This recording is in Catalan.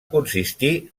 consistir